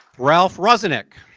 ralph rozenek.